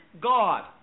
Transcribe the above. God